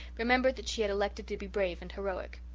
remembered that she had elected to be brave and heroic.